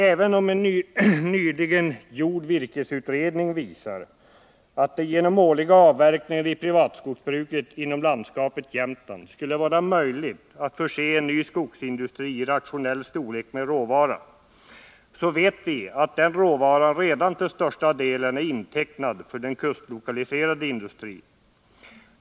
Även om en nyligen gjord Om en skoglig virkesutredning visar att det genom årliga avverkningar i privatskogsbruket — basindustri i Hissinom landskapet Jämtland skulle vara möjligt att förse en ny skogsindustri i rationell storlek med råvara, så vet vi att den råvaran redan till största delen är intecknad för den kustlokaliserade industrin.